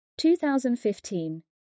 2015